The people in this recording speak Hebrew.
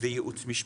וייעוץ משפטי.